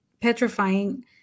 petrifying